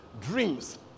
dreams